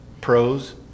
pros